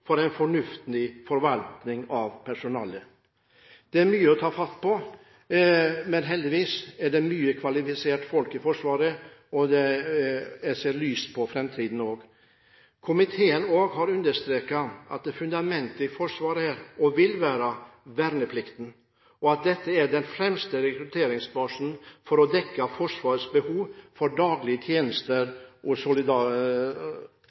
er en hemsko for en fornuftig forvaltning av personellet. Det er mye å ta fatt på, men heldigvis er det mange kvalifiserte folk i Forsvaret, og jeg ser lyst på framtiden også. Komiteen har understreket at fundamentet i Forsvaret er og vil være verneplikten, og at dette er den fremste rekrutteringsbasen for å dekke Forsvarets behov for daglige